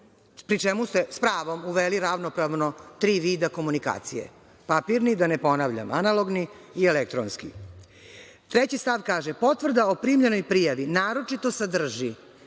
pri čemu ste s pravom uveli ravnopravno tri vida komunikacije: papirni, da ne ponavljam, analogni i elektronski. Treći stav kaže – potvrda o primljenoj prijavi naročito sadrži